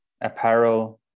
apparel